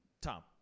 Tom